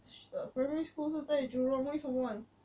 sh~ err primary school 是在 jurong 为什么